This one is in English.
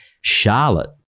Charlotte